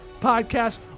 podcast